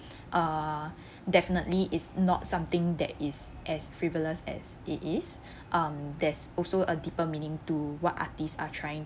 uh definitely its not something that is as frivolous as it is um there's also a deeper meaning to what artists are trying